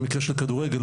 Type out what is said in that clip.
במקרה של כדורגל,